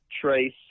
trace